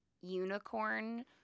unicorn